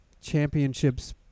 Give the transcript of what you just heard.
Championships